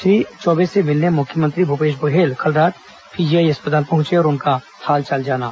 श्री चौबे से मिलने मुख्यमंत्री भूपेश बघेल कल रात पीजीआई अस्पताल पहुंचे और उनका हालचाल जाना